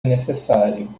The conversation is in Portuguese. necessário